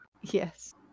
Yes